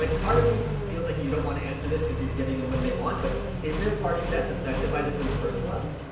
like part of me feels like you don't want to answer this because you're giving them what they want, but is there part of you that's affected by this on and a personal level?